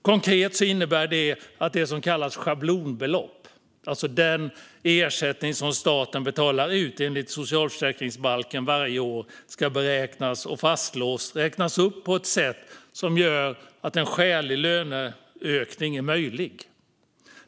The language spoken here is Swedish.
Konkret innebär det att det som kallas schablonbelopp, alltså den ersättning som staten betalar ut enligt socialförsäkringsbalken varje år, ska beräknas och fastslås räknas upp på ett sätt som gör att en skälig löneökning är möjlig.